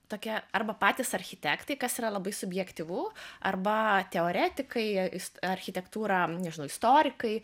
tokie arba patys architektai kas yra labai subjektyvu arba teoretikai is architektūrą nežinau istorikai